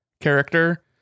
character